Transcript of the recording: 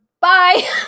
bye